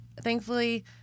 thankfully